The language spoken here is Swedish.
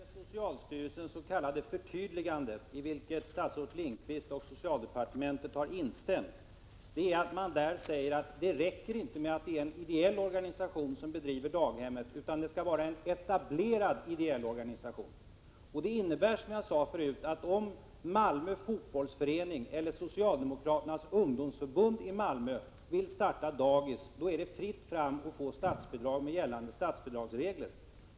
Herr talman! Problemet med socialstyrelsens s.k. förtydligande, i vilket statsrådet Lindqvist och socialdepartementet har instämt, är att man där säger att det inte räcker med att det är en ideell organisation som driver daghem utan att det skall vara en etablerad ideell organisation. Detta innebär, som jag sade förut, att om Malmö fotbollsförening eller Socialdemokraternas ungdomsförbund i Malmö vill starta ett daghem är det fritt fram att enligt gällande statsbidragsregler få bidrag.